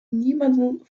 niemanden